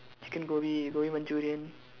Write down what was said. chicken gobi gobi manchurian